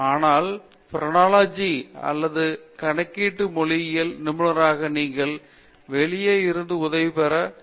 ஆனால் பிரெனோலஜி அல்லது கணக்கீட்டு மொழியியலில் நிபுணராக நீங்கள் வெளியே இருந்து உதவி பெற வேண்டும்